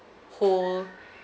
whole